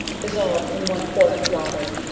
dissolved in one quart of water,